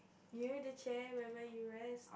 you know the chair whereby you rest